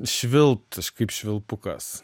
švilpt aš kaip švilpukas